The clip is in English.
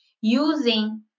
using